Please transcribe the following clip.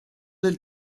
del